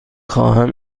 خواهم